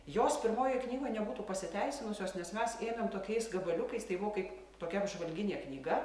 jos pirmojoj knygoj nebūtų pasiteisinusios nes mes ėmėm tokiais gabaliukais tai buvo kaip tokia apžvalginė knyga